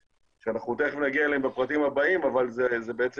שאנחנו תכף נגיע אליהם בפרטים הבאים אבל זה בעצם